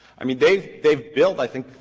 i mean, they've they've built, i think,